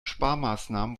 sparmaßnahmen